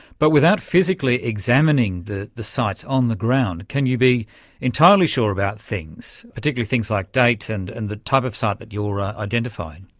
but without physically examining the the site on the ground, can you be entirely sure about things, particularly things like date and and the type of site that you're ah identifying?